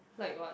like what